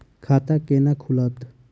खाता केना खुलत?